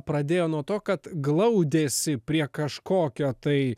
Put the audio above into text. pradėjo nuo to kad glaudėsi prie kažkokio tai